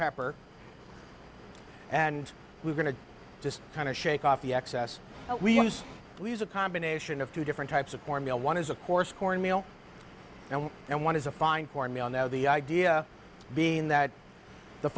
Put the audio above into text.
pepper and we're going to just kind of shake off the excess leaves a combination of two different types of corn meal one is of course corn meal and and one is a fine corn meal now the idea being that the